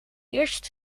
eerst